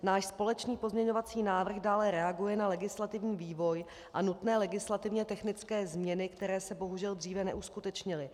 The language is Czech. Náš společný pozměňovací návrh dále reaguje na legislativní vývoj a nutné legislativně technické změny, které se bohužel dříve neuskutečnily.